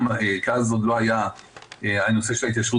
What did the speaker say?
אבל אני רוצה עכשיו בשיא הרצינות לדבר על ההצעה